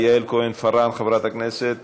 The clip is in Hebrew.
חברת הכנסת